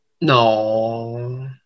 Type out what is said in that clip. No